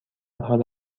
حال